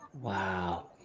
wow